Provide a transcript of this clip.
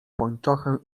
pończochę